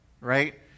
right